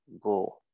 go